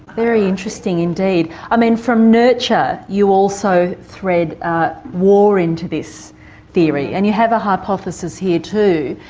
very interesting indeed, i mean from nurture you also thread war into this theory and you have a hypothesis here too.